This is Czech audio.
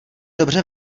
dobře